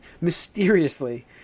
mysteriously